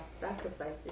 sacrifices